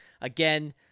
Again